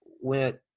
went